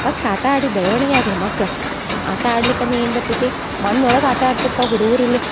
first ಆಟ ಆಡಿ ಬೆಳವಣ್ಗೆ ಆಗಲಿ ಮಕ್ಳು ಆಟ ಆಡ್ಲಿಕ್ಕಂದ್ರ್ ಏನು ಬರ್ತೈತಿ ಮಣ್ಣೊಳಗೆ ಆಟ ಆಡ್ತಿರ್ತವೆ ಹುಡ್ಗರು ಇಲ್ಲಿ